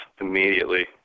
immediately